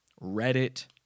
Reddit